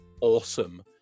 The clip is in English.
awesome